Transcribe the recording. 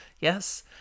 Yes